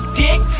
dick